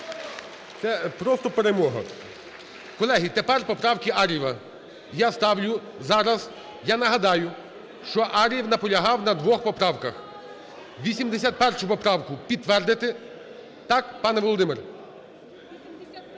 Це просто перемога. Колеги, тепер поправки Ар'єва. Я ставлю зараз... Я нагадаю, що Ар'єв наполягав на двох поправках, 81 поправку підтвердити. Так, пане Володимир?